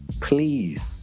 please